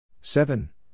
Seven